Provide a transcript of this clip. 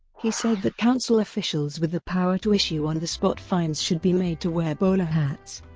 he said that council officials with the power to issue on-the-spot fines should be made to wear bowler hats.